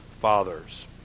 fathers